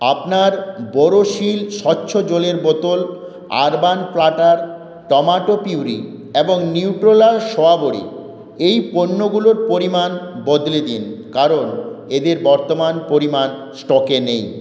আপনার বোরোসিল স্বচ্ছ জলের বোতল আরবান প্ল্যাটার টমেটো পিউরি এবং নিউট্রেলা সয়া বড়ি এই পণ্যগুলোর পরিমাণ বদলে দিন কারণ এদের বর্তমান পরিমাণ স্টকে নেই